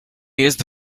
jest